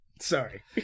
Sorry